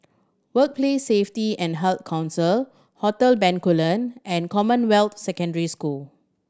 Workplace Safety and Heart Council Hotel Bencoolen and Commonwealth Secondary School